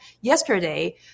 yesterday